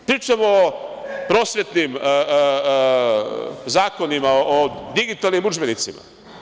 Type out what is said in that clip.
Pričamo o prosvetnim zakonima, o digitalnim udžbenicima.